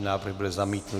Návrh byl zamítnut.